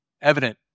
evident